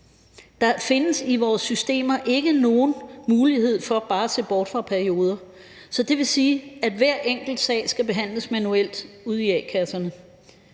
der findes i vores systemer ikke nogen mulighed for bare at se bort fra perioder. Så det vil sige, at hver enkelt sag skal behandles manuelt ude i a-kasserne.